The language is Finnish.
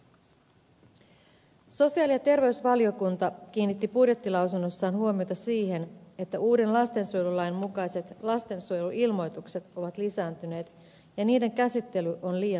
sosiaali ja terveysvaliokunta kiinnitti budjettilausunnossaan huomiota siihen että uuden lastensuojelulain mukaiset lastensuojeluilmoitukset ovat lisääntyneet ja niiden käsittely on liian hidasta